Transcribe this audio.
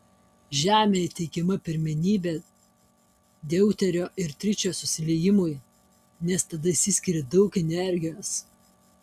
žemėje teikiama pirmenybė deuterio ir tričio susiliejimui nes tada išsiskiria daug energijos